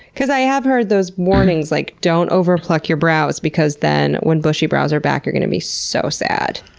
because i have heard those warnings like don't overpluck your brows because then when bushy brows are back you're going to be so sad.